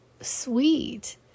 sweet